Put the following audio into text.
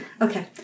Okay